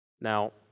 Now